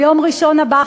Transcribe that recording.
ביום ראשון הבא,